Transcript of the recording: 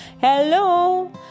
Hello